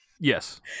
Yes